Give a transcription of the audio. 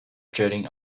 jetting